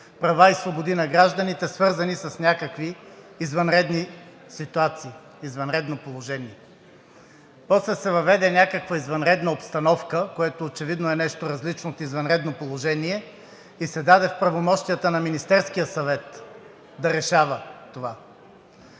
права и свободи на гражданите, свързани с някакви извънредни ситуации, извънредно положение. После се въведе някаква извънредна обстановка, което очевидно е нещо различно от извънредно положение, и се даде в правомощията на Министерския съвет да решава това.